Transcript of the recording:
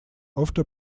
often